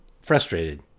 frustrated